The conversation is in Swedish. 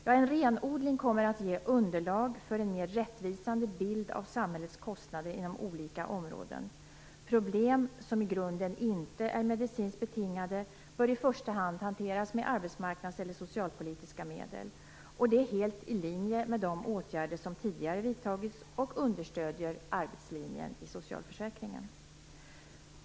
Jo, en renodling kommer att ge underlag för en mer rättvisande bild av samhällets kostnader inom olika områden. Problem som i grunden inte är medicinskt betingade bör i första hand hanteras med arbetsmarknads eller socialpolitiska medel. Detta är helt i linje med de åtgärder som tidigare vidtagits och understöder arbetslinjen i socialförsäkringen.